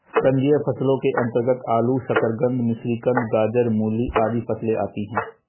कंदीय फसलों के अंतर्गत आलू, शकरकंद, मिश्रीकंद, गाजर, मूली आदि फसलें आती हैं